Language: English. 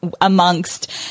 Amongst